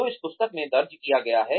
जो इस पुस्तक में दर्ज किया गया है